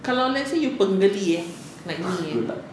kalau let's say you penggeli eh like me eh